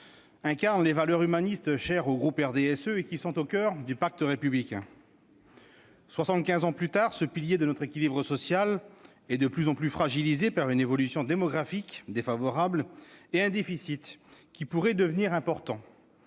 incarne les valeurs humanistes chères au groupe RDSE et qui sont au coeur du pacte républicain. Soixante-quinze ans plus tard, ce pilier de notre équilibre social est de plus en plus fragilisé par une évolution démographique défavorable et un déficit qui pourrait devenir important.